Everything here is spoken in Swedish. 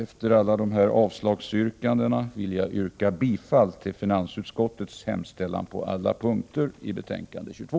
Efter alla dessa avslagsyrkanden vill jag yrka bifall till utskottets hemställan på alla punkter i finansutskottets betänkande nr 22.